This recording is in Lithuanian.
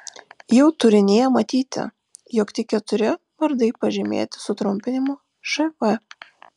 jau turinyje matyti jog tik keturi vardai pažymėti sutrumpinimu šv